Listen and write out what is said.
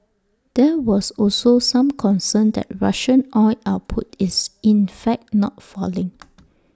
there was also some concern that Russian oil output is in fact not falling